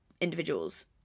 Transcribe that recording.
individuals